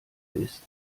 ist